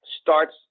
starts